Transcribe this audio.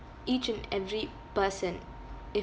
each and every person if